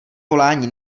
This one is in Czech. volání